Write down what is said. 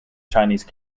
chinese